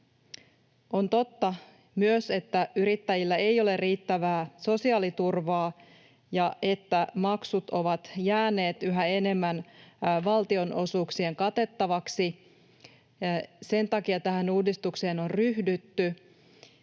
On totta myös, että yrittäjillä ei ole riittävää sosiaaliturvaa ja että maksut ovat jääneet yhä enemmän valtionosuuksien katettaviksi. Sen takia tähän uudistukseen on ryhdytty.